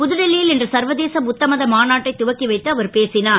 புதுடில்லி ல் இன்று சர்வதேச புத்தமத மாநாட்டை துவக்கி வைத்து அவர் பேசினார்